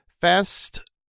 Fast